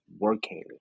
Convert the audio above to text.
working